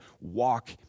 walk